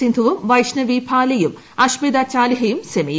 സിന്ധുവും വൈഷ്ണവി ഭാലേയും അഷ്മിത ചാലിഹയും സെമിയിൽ